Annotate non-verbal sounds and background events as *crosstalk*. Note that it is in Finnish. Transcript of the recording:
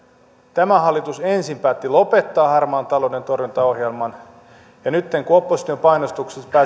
tämä hallitus ensin päätti lopettaa harmaan talouden torjuntaohjelman ja nyt kun opposition painostuksesta *unintelligible*